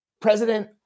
president